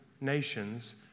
nations